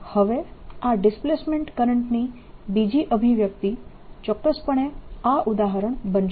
હવે આ ડિસ્પ્લેસમેન્ટ કરંટની બીજી અભિવ્યક્તિ ચોક્કસપણે આ ઉદાહરણ બનશે